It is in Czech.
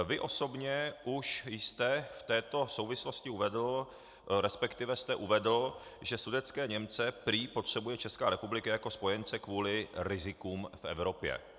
Vy osobně už jste v této souvislosti uvedl, resp. jste uvedl, že sudetské Němce prý potřebuje Česká republika jako spojence kvůli rizikům v Evropě.